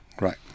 Right